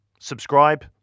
Subscribe